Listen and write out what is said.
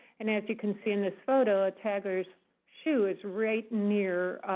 and as you can see in this photo, a tagger's shoe is right near